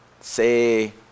Say